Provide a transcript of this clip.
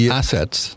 assets